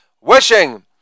wishing